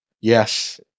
Yes